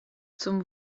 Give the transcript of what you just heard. zum